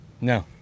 No